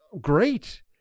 Great